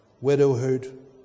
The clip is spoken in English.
widowhood